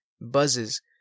buzzes